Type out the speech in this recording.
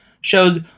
shows